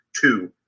two